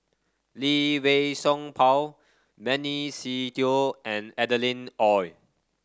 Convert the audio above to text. Lee Wei Song Paul Benny Se Teo and Adeline Ooi